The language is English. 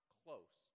close